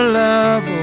love